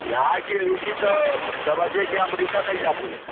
यहाँ की लीची तो समझिए कि अमरीका तक जाती है